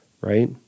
right